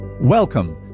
Welcome